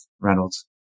Reynolds